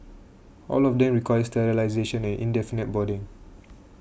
all of them require sterilisation and indefinite boarding